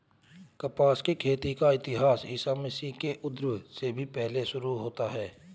कपास की खेती का इतिहास ईसा मसीह के उद्भव से भी पहले शुरू होता है